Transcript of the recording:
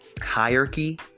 Hierarchy